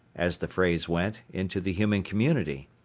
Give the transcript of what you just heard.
as the phrase went, into the human community.